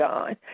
God